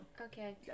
Okay